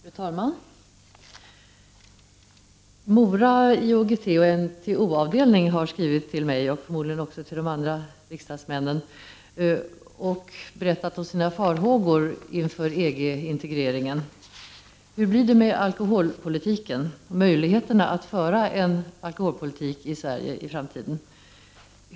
Fru talman! Mora IOGT och NTO-avdelning har skrivit till mig, förmodligen också till andra riksdagsmän, och berättat om sina farhågor inför EG integreringen. Hur blir det med alkoholpolitiken, möjligheten att föra en alkoholpolitik i framtiden?